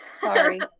sorry